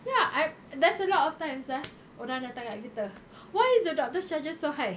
ya I'm there's a lot of times ah orang datang kat kita why is the doctor's charges so high